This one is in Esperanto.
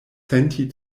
senti